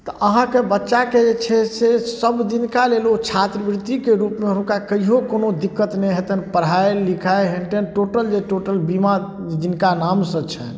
तऽ अहाँके बच्चाके जे छै से सबदिनका लेल ओ छात्रवृत्तिके रूपमे हुनका कहिओ कोनो दिक्कत नहि हेतनि पढ़ाइ लिखाइ हेन टेन टोटल जे टोटल बीमा जिनका नामसँ छनि